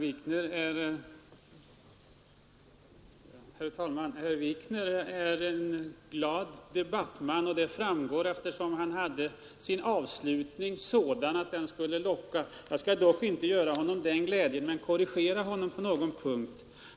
Herr talman! Herr Wikner är en glad debattman. Det framgår av att hans avslutning var sådan att den lockade till diskussion. Jag skall dock inte göra honom den glädjen men vill korrigera honom på någon punkt.